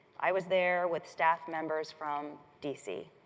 i was there with staff members from dc.